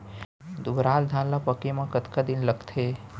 दुबराज धान ला पके मा कतका दिन लगथे?